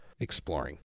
exploring